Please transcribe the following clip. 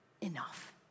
enough